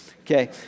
Okay